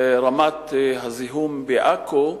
רמת הזיהום בעכו,